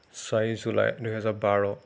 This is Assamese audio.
চাৰি জুলাই দুহেজাৰ বাৰ